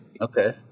Okay